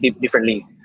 differently